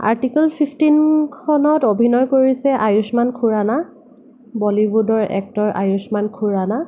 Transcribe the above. article ফিফ্টিনখনত অভিনয় কৰিছে আয়ুস্মান খুৰানা বলিউদৰ এক্টৰ আয়ুস্মান খুৰানা